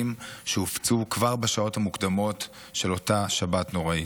שהופצו כבר בשעות המוקדמות של אותה שבת נוראית.